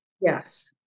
Yes